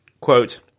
Quote